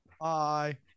Bye